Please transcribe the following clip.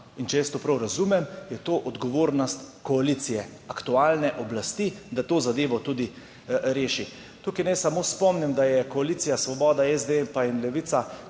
In če jaz to prav razumem, je to odgovornost koalicije, aktualne oblasti, da to zadevo tudi reši. Tukaj naj samo spomnim, da se je koalicija Svoboda, SD in Levica